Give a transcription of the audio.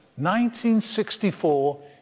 1964